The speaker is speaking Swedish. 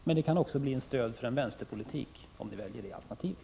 Men det kan också bli ett stöd för vänsterpolitik om ni väljer det alternativet.